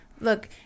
look